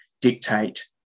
dictate